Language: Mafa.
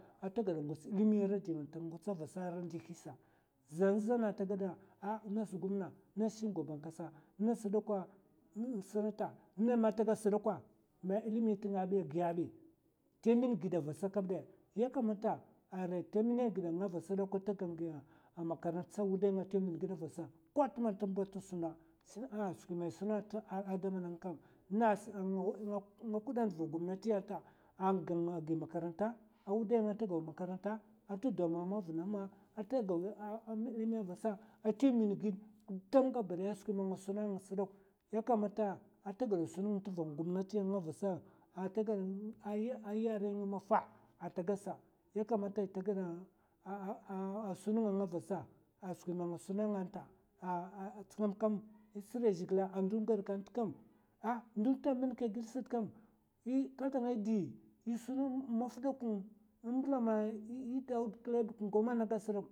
Ata gada ngwatsa ilimi ara diman ta ngwatsa vasa ra ndihi sa. zan zan ata gad sa ah in nan gomna, in ana shugaban kasa, in nas dakwa sènata, mè ta gad sdakwa, ma ilimi tnga ai agiya ai. ta min gida vasa kabdè, ya kamata arai ta minèg gida nga vasa dok, ata gan gi makarantasa wudai nga ta min gida vasa kwa tma tm ba, ata suna a skwi man i suna ta alada mana kam, nèngas nga kudan va gomnati anta a gan gi. akaranta a wudai nga ta gaw makaranta, ata dwa mama vna ma, ata gaw ma'ana vasa, ata min gid gudam gabadaya skwi mna nga suna nga sdok. Yakamata ata gada sunga tva gomnati avasa ata gad yarè ng mafa ata gad sa, yakamata ai tagada ah sunga nga vasa a skwi man nga suna nga'nta. ant kam kam, tsiriya zhègila a ndun gadkan't kam ah ndunta min ka gid sat kam, kaslangai di, è sun maf dakun mbla ma è dawda kla bka in gaw mè na gad sdok.